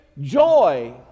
joy